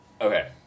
Okay